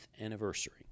anniversary